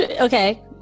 okay